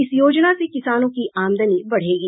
इस योजना से किसानों की आमदनी बढ़ेगी